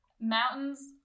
Mountains